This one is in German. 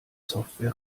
software